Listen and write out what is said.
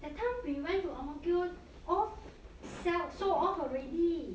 that time we went to ang mo kio all sell sold off already